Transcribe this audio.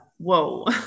whoa